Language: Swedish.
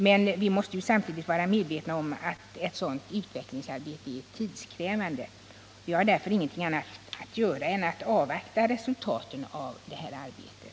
Men vi måste samtidigt vara medvetna om att ett sådant utvecklingsarbete är tidskrävande. Vi har därför ingenting annat att göra än att avvakta resultaten av det arbetet.